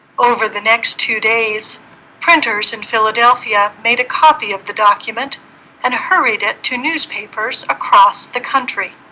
over the next two days printers in philadelphia made a copy of the document and hurried it to newspapers across the country